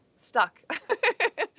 stuck